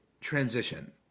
transition